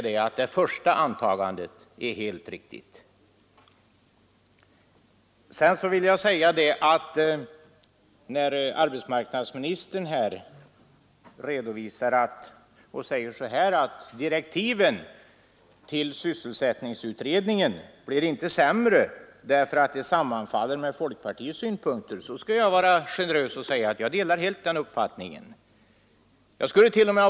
Det första antagandet är helt riktigt. När arbetsmarknadsministern här säger att direktiven till sysselsättningsutredningen inte blir sämre därför att de sammanfaller med folkpartiets synpunkter skall jag vara generös och säga att jag delar helt den uppfattningen.